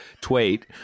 tweet